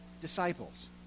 disciples